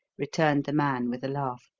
returned the man, with a laugh.